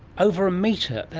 over a metre?